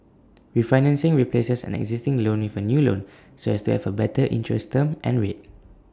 refinancing replaces an existing loan with A new loan so as to have A better interest term and rate